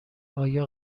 آیا